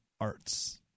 arts